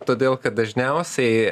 todėl kad dažniausiai